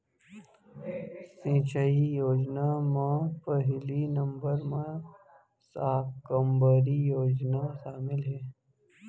सिंचई योजना म पहिली नंबर म साकम्बरी योजना सामिल हे